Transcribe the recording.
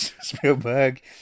Spielberg